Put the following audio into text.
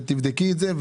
תבדקי את זה.